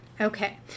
Okay